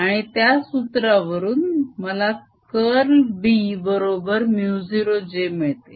आणि त्या सूत्र वरून मला कर्ल B बरोबर μ0j मिळते